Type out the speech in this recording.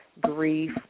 grief